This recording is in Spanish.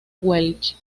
welch